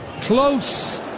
close